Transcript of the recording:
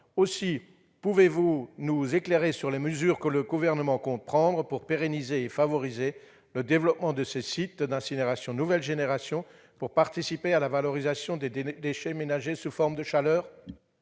d'État, pouvez-vous nous éclairer sur les mesures que le Gouvernement compte prendre pour pérenniser et favoriser le développement de ces sites d'incinération de nouvelle génération et ainsi encourager la valorisation des déchets ménagers sous forme de chaleur ?